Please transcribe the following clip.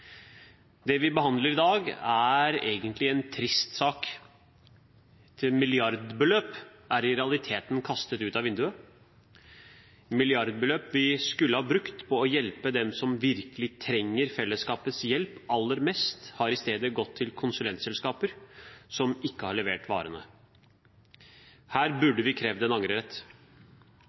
Det vi behandler i dag, er egentlig en trist sak. Milliardbeløp er i realiteten kastet ut av vinduet. Milliardbeløp vi skulle ha brukt på å hjelpe dem som virkelig trenger fellesskapets hjelp aller mest, har i stedet gått til konsulentselskaper som ikke har levert varene. Her